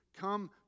come